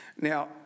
Now